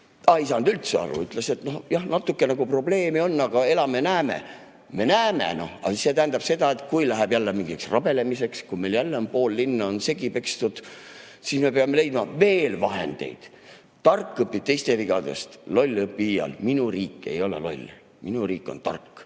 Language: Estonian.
ta ei saanud üldse aru. Ütles, et nojah, natuke nagu probleeme on, aga elame-näeme. Me näeme, noh, aga see tähendab seda, et kui läheb jälle mingiks rabelemiseks, kui meil jälle on pool linna segi pekstud, siis me peame leidma veel vahendeid. Tark õpib teiste vigadest, loll ei õpi iial. Minu riik ei ole loll. Minu riik on tark